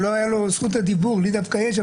לא הייתה לו זכות הדיבור, לי דווקא יש.